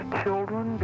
children